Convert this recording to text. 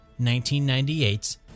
1998's